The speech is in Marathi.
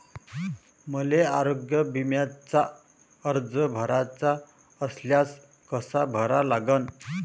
मले आरोग्य बिम्याचा अर्ज भराचा असल्यास कसा भरा लागन?